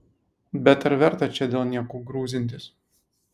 bet ar verta čia dėl niekų grūzintis